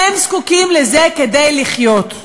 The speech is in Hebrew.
הם זקוקים לזה כדי לחיות.